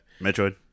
Metroid